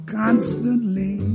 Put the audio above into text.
constantly